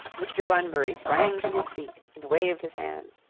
mr. bunbury sprang to his feet and waved his hands.